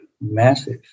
massive